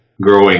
growing